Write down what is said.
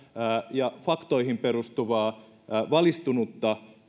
ja faktoihin perustuvaa valistunutta